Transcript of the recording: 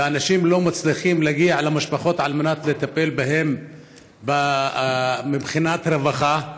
ולא מצליחים להגיע למשפחות על מנת לטפל בהן מבחינת רווחה.